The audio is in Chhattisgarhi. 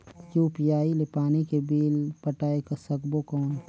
यू.पी.आई ले पानी के बिल पटाय सकबो कौन?